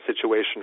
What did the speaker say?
situation